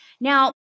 Now